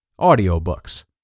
Audiobooks